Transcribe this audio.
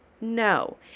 No